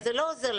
זאת לא הוזלה.